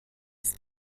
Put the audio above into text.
ist